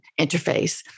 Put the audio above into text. interface